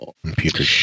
Computer